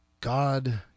God